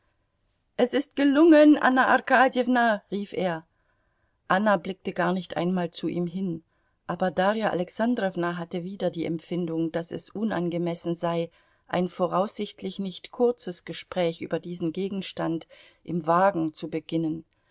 es ist gelungen anna arkadjewna rief er anna blickte gar nicht einmal zu ihm hin aber darja alexandrowna hatte wieder die empfindung daß es unangemessen sei ein voraussichtlich nicht kurzes gespräch über diesen gegenstand im wagen zu beginnen